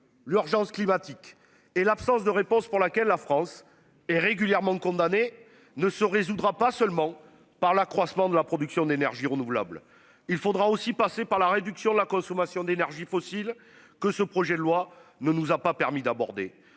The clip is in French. l'urgence climatique et l'absence de réponse pour laquelle la France est régulièrement condamnée ne se résoudra pas seulement par l'accroissement de la production d'énergies renouvelables. Il faudra aussi passer par la réduction de la consommation d'énergies fossiles que ce projet de loi ne nous a pas permis d'aborder,